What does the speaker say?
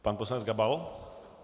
Pan poslanec Gabal.